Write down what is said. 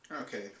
okay